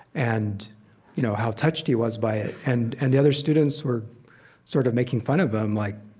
and you know how touched he was by it. and and the other students were sort of making fun of him, like,